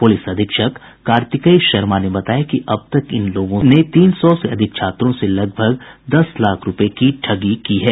police अधीक्षक कार्तिकेय शर्मा ने बताया कि अब तक इन लोगों ने तीन सौ से अधिक छात्रों से लगभग दस लाख रूपये की ठगी की है